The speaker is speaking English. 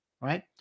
right